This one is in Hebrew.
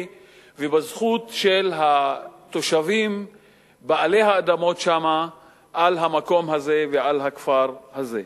ובזכות של התושבים בעלי האדמות שם על המקום הזה ועל הכפר הזה?